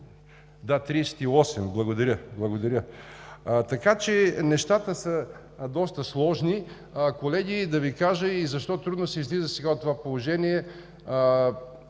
Да, 38. Благодаря. Така че нещата са доста сложни. Колеги, да Ви кажа защо трудно се излиза от това положение.